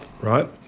right